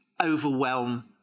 overwhelm